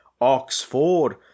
Oxford